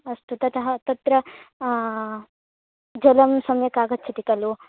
अस्तु ततः तत्र जलं सम्यक् आगच्छति खलु